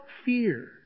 Fear